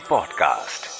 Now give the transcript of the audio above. Podcast।